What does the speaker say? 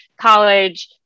college